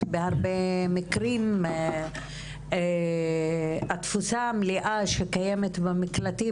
בהרבה מקרים את התפוסה המלאה שקיימת במקלטים,